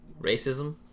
Racism